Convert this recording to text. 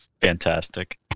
fantastic